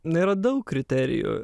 na yra daug kriterijų